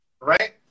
Right